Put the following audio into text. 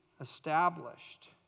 established